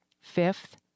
Fifth